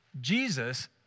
Jesus